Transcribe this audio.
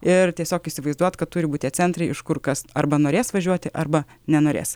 ir tiesiog įsivaizduot kad turi būt tie centrai iš kur kas arba norės važiuoti arba nenorės